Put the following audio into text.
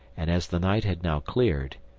and as the night had now cleared,